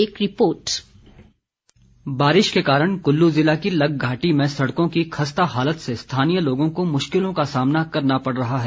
एक रिपोर्ट बारिश के कारण कल्लू ज़िला की लग घाटी में सड़को की खस्ता हालत से स्थानीय लोगों को मुश्किलों का सामना करना पड़ रहा है